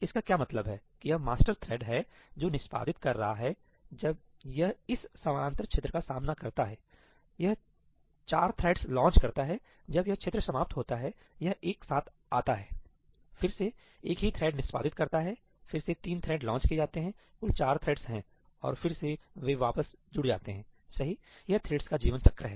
इसका क्या मतलब है कि यह मास्टर थ्रेड है जो निष्पादित कर रहा हैजब यह इस समानांतर क्षेत्र का सामना करता हैयह चार थ्रेड्सलॉन्च करता हैजब यह क्षेत्र समाप्त होता हैयह एक साथ आता हैफिर से एक ही थ्रेड निष्पादित होता हैफिर से तीन थ्रेड लॉन्च किए जाते हैं कुल चार थ्रेड्स हैं और फिर से वे वापस जुड़ जाते हैंसही यह थ्रेड्स का जीवन चक्र है